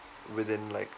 within like